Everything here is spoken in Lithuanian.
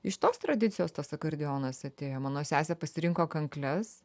iš tos tradicijos tas akordeonas atėjo mano sesė pasirinko kankles